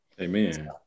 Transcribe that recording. Amen